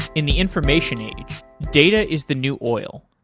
in the information age, data is the new oil.